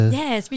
yes